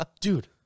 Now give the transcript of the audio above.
Dude